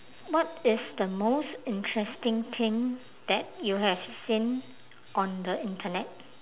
what is the most interesting thing that you have seen on the internet